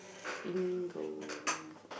bingo